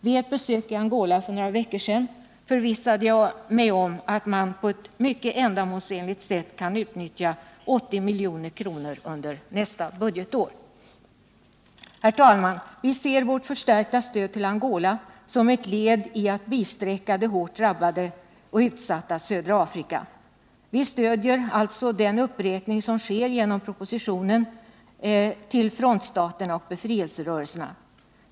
Vid ett besök i Angola för några veckor sedan förvissade jag mig om att man på ett mycket ändamålsenligt sätt kan utnyttja 80 milj.kr. under nästa budgetår. Herr talman! Vi ser vårt förstärkta stöd till Angola som ett led i att bisträcka det hårt utsatta södra Afrika. Vi stöder alltså den uppräkning som sker genom propositionen till frontstaterna och befrielserörelserna.